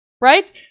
right